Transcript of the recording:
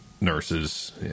nurses